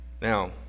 Now